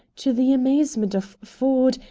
to the amazement of ford,